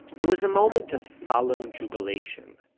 it was a moment of solemn jubilation.